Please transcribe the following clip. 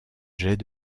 jet